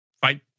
fight